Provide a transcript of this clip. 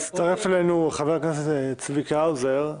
הצטרף אלינו חבר הכנסת צביקה האוזר.